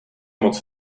moc